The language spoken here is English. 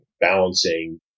balancing